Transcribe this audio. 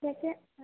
दश